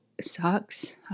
sucks